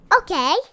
Okay